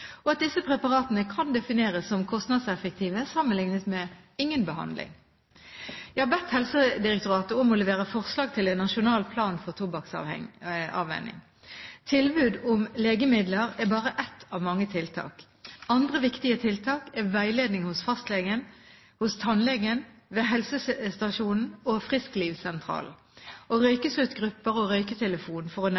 og at disse preparatene kan defineres som kostnadseffektive, sammenlignet med ingen behandling. Jeg har bedt Helsedirektoratet om å levere forslag til en nasjonal plan for tobakksavvenning. Tilbud om legemidler er bare ett av mange tiltak. Andre viktige tiltak er veiledning hos fastlegen, hos tannlegen, ved helsestasjonen og frisklivssentralene, og